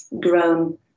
grown